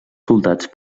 soldats